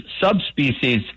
subspecies